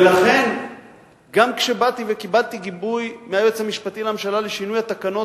ולכן גם כשבאתי וקיבלתי גיבוי מהיועץ המשפטי לממשלה לשינוי התקנות,